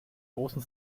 großem